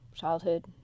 childhood